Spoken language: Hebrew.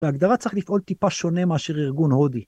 ‫בהגדרה צריך לפעול טיפה שונה ‫מאשר ארגון הודי.